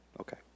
Okay